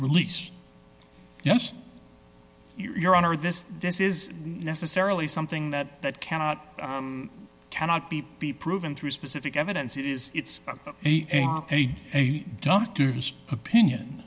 released yes your honor this this is necessarily something that that cannot cannot be be proven through specific evidence it is it's a doctor's opinion